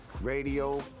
Radio